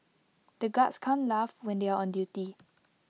the guards can't laugh when they are on duty